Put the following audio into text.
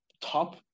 top